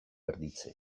erditze